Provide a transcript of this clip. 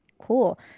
cool